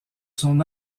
son